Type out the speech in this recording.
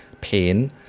pain